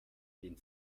den